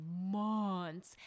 months